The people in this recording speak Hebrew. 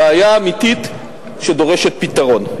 הבעיה היא אמיתית והיא דורשת פתרון.